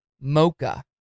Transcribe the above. mocha